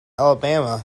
alabama